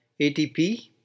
ATP